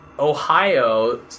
Ohio